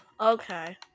Okay